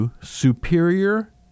Superior